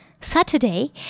Saturday